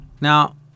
Now